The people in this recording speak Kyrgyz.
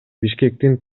бишкектин